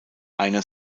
einer